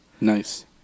Nice